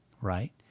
right